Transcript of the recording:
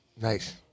nice